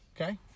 okay